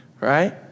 right